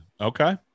okay